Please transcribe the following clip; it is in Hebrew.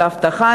אבטחה,